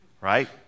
right